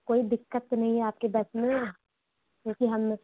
कोई दिक़्क़त तो नहीं है आपकी बस में क्योंकि हम